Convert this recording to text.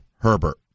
Herbert